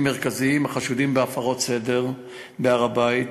מרכזיים החשודים בהפרות סדר בהר-הבית,